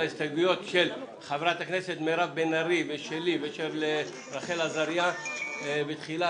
ההסתייגויות של חברת הכנסת מירב בן ארי ושלי ושל רחל עזריה בתחילה.